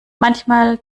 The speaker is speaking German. manchmal